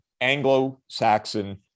Anglo-Saxon